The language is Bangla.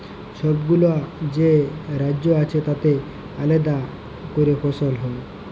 ছবগুলা যে রাজ্য আছে তাতে আলেদা ক্যরে ফসল হ্যয়